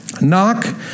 ...knock